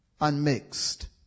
unmixed